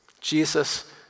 Jesus